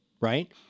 right